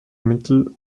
mittel